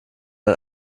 ein